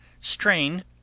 strain